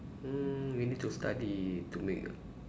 mm you need to study to make